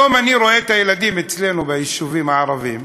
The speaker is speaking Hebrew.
היום אני רואה את הילדים אצלנו ביישובים הערביים,